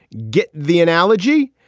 get the analogy.